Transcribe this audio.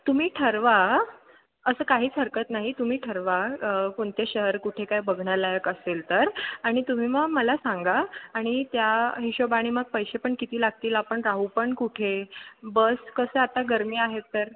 तुम्ही ठरवा असं काहीच हरकत नाही तुम्ही ठरवा कोणते शहर कुठे काय बघण्यालायक असेल तर आणि तुम्ही मग मला सांगा आणि त्या हिशोबाने मग पैसे पण किती लागतील आपण राहू पण कुठे बस कसं आता गरमी आहेत तर